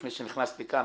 לפני שנכנסת לכאן